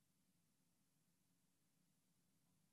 ההצבעה, אם כן, הן